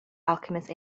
alchemist